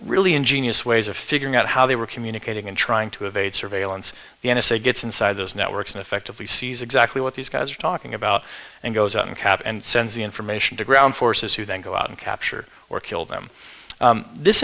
really ingenious ways of figuring out how they were communicating and trying to evade surveillance the n s a gets inside those networks and effectively sees exactly what these guys are talking about and goes on cap and sends the information to ground forces who then go out and capture or kill them this